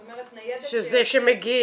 זאת אומרת ניידת -- שזה שמגיעים.